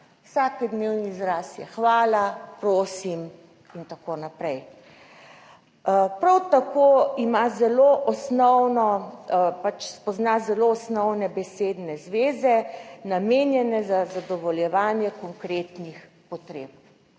Vsakodnevni izraz je hvala, prosim in tako naprej. Prav tako ima zelo osnovno, pač spozna zelo osnovne besedne zveze, namenjene za zadovoljevanje konkretnih potreb.